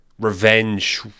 revenge